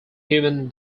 human